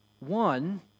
One